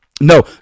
No